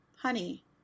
Honey